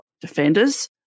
defenders